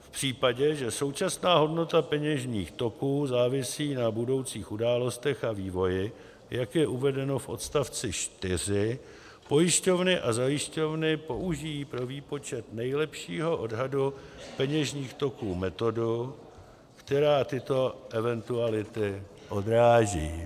V případě, že současná hodnota peněžních toků závisí na budoucích událostech a vývoji, jak je uvedeno v odstavci 4, pojišťovny a zajišťovny použijí pro výpočet nejlepšího odhadu peněžních toků metodu, která tyto eventuality odráží.